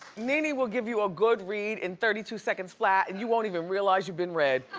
nene nene will give you a good read in thirty two seconds flat and you won't even realize you've been read.